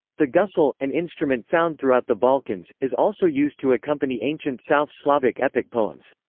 the gusle, an instrument found throughout the balkans, is also used to accompany ancient south slavic epic poems.